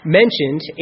mentioned